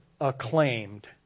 acclaimed